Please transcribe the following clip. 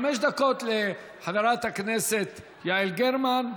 חמש דקות לחברת הכנסת יעל גרמן.